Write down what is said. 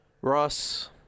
Ross